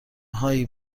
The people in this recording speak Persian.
هایی